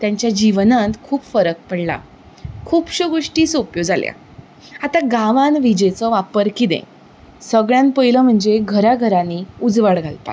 तेंच्या जिवनांत खूब फरक पडला खुबश्यो गोष्टी सोंप्यो जाल्या आतां गांवान विजेचो वापर कितें सगळ्यांत पयलो म्हणजे घरा घरांनी उजवाड घालपाक